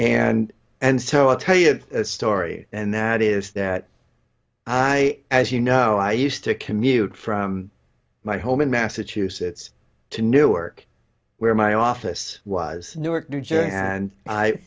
and and so i'll tell you a story and that is that i as you know i used to commute from my home in massachusetts to newark where my office was newark new jersey and